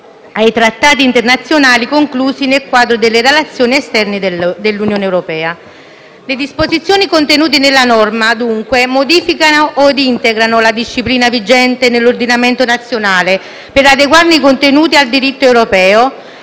ai trattati internazionali conclusi nel quadro delle relazioni esterne dell'Unione europea. Le disposizioni contenute nella norma, dunque, modificano o integrano la disciplina vigente nell'ordinamento nazionale per adeguarne i contenuti al diritto europeo